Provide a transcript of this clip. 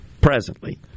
presently